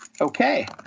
okay